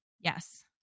Yes